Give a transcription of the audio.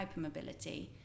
hypermobility